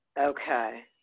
Okay